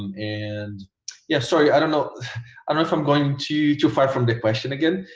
and yes sorry i don't know i don't know if i'm going too too far from the question again